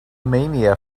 mania